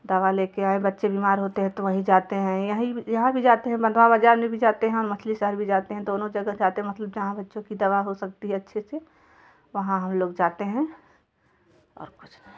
दवा ले कर आए बच्चे बीमार होते हैं तो वहीं जाते हैं यहीं यहाँ भी जाते हैं बंधवा बाज़ार भी जाते हैं मछली शहर भी जाते हैं दोनों जगह जाते हैं मतलब जहाँ बच्चों की दवा हो सकती है अच्छे से वहाँ हम लोग जाते हैं और कुछ नहीं